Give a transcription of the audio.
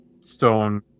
stone